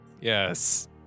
Yes